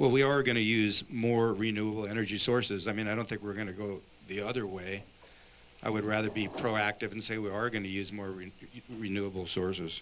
well we are going to use more renewable energy sources i mean i don't think we're going to go the other way i would rather be proactive and say we are going to use more real renewable sources